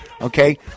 okay